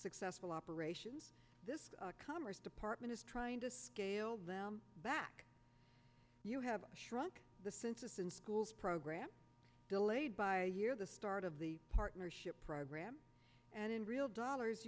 successful operations this commerce department is trying to scale them back you have shrunk the fences in schools program delayed by a year the start of the partnership program and in real dollars